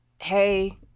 hey